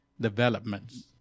developments